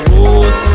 rules